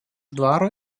dvaro